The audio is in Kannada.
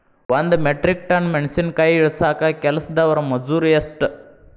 ಒಂದ್ ಮೆಟ್ರಿಕ್ ಟನ್ ಮೆಣಸಿನಕಾಯಿ ಇಳಸಾಕ್ ಕೆಲಸ್ದವರ ಮಜೂರಿ ಎಷ್ಟ?